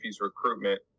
recruitment